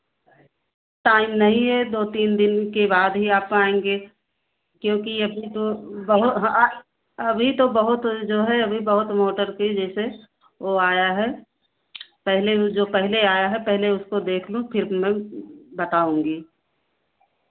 time नहीं है दो तीन दिन के बाद ही आ पाएँगे क्योंकि अभी तो बहुत अभी तो बहुत जो है अभी बहुत मोटर की जैसे ओ आया है पहले वो जो पहले आया है पहले उसको देख लूँ फिर मैं बताऊँगी